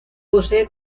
posee